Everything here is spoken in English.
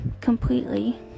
completely